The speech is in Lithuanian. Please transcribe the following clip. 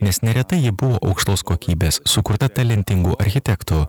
nes neretai ji buvo aukštos kokybės sukurta talentingų architektų